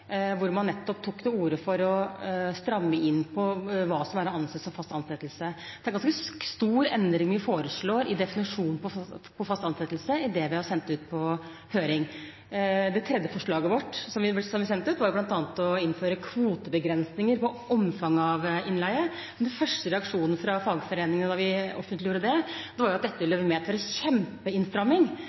hvor man nettopp tok til orde for å stramme inn på hva som er å anse som fast ansettelse. Det er en ganske stor endring vi foreslår i definisjonen på fast ansettelse i det vi har sendt ut på høring. Det tredje forslaget vi sendte ut, var bl.a. å innføre kvotebegrensninger på omfanget av innleie. Den første reaksjonen fra fagforeningene da vi offentliggjorde det, var at dette ville medføre en kjempeinnstramming og en stor forbedring sammenlignet med